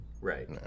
Right